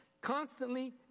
constantly